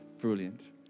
Brilliant